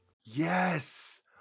Yes